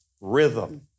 rhythm